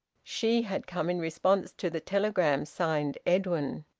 she had come in response to the telegram signed edwin!